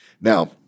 Now